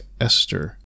Esther